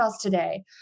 today